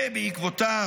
ובעקבותיו,